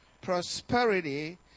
Prosperity